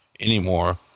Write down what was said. anymore